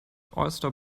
oyster